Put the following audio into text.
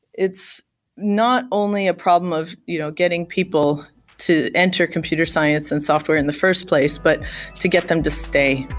it's not only a problem of you know getting people to enter computer science and software in the first place, but to get them to stay